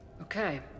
Okay